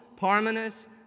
Parmenas